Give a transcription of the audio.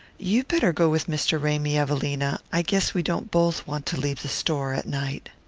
you better go with mr. ramy, evelina. i guess we don't both want to leave the store at night.